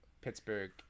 Pittsburgh